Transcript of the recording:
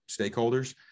stakeholders